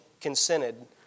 consented